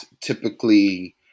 typically